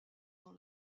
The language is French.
dans